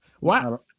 Wow